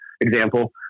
example